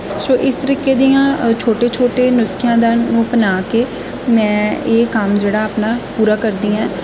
ਸੋ ਇਸ ਤਰੀਕੇ ਦੀਆਂ ਛੋਟੇ ਛੋਟੇ ਨੁਸਖਿਆਂ ਦਾ ਨੂੰ ਅਪਣਾ ਕੇ ਮੈਂ ਇਹ ਕੰਮ ਜਿਹੜਾ ਆਪਣਾ ਪੂਰਾ ਕਰਦੀ ਐ